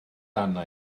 arna